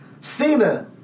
Cena